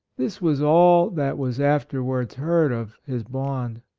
this was all that was afterwards heard of his bond.